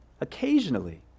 occasionally